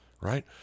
right